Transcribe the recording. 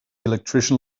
electrician